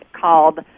called